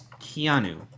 Keanu